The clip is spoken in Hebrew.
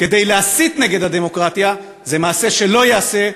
כדי להסית נגד הדמוקרטיה, זה מעשה שלא ייעשה.